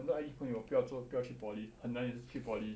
很多 I_T_E 朋友不要做不要去 poly 很难也是去 poly